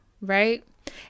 right